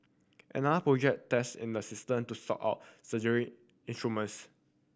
another project test in the system to sort out surgery instruments